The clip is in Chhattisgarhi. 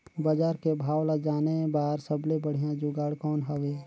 बजार के भाव ला जाने बार सबले बढ़िया जुगाड़ कौन हवय?